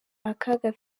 akaga